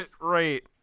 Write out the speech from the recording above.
Right